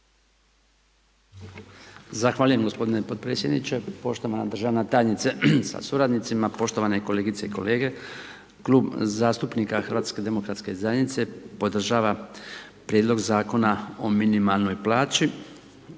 Zahvaljujem g. potpredsjedniče, poštovana državna tajnice sa suradnicima, poštovane kolegice i kolege. Klub zastupnika HDZ-a podržava prijedlog Zakona o minimalnoj plaći,